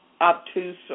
obtuse